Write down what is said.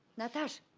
natasha.